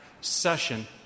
session